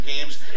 games